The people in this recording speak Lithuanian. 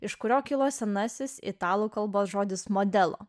iš kurio kilo senasis italų kalbos žodis modelo